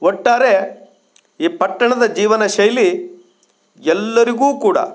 ಒಟ್ಟಾರೆ ಈ ಪಟ್ಟಣದ ಜೀವನ ಶೈಲಿ ಎಲ್ಲರಿಗೂ ಕೂಡ